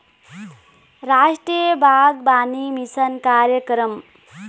रास्टीय बागबानी मिसन कार्यकरम